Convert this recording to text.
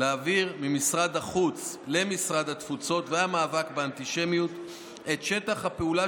להעביר ממשרד החוץ למשרד התפוצות והמאבק באנטישמיות את שטח הפעולה